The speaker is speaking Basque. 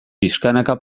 pixkanaka